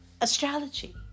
Astrology